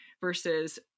versus